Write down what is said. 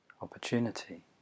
opportunity